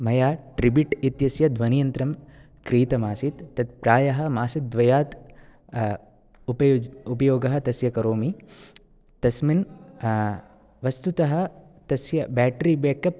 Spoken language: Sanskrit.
मया ट्रिबिट् इत्यस्य ध्वनियन्त्रं क्रीतमासीत् तत् प्रायः मासद्वयात् उपयोगः तस्य करोमि तस्मिन् वस्तुतः तस्य बेट्री बेकप्